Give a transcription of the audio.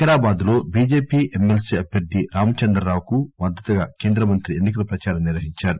వికారాబాద్ లో BJP MLC అభ్వర్ది రామచంద్రరావుకు మద్దతుగా కేంద్ర మంత్రి ఎన్ని కల ప్రచారం నిర్వహించారు